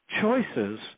choices